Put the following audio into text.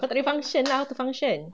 kau tak boleh function ah how to function